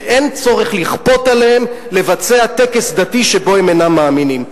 ואין צורך לכפות עליהם לבצע טקס דתי שבו הם אינם מאמינים.